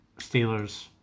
Steelers